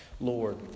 Lord